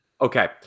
Okay